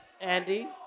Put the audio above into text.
Andy